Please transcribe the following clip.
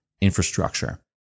infrastructure